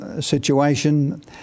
situation